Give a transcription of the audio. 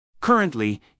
Currently